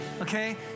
okay